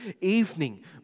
evening